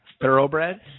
Thoroughbred